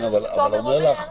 כמו שתומר אומר,